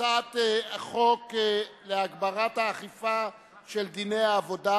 הצעת חוק להגברת האכיפה של דיני עבודה,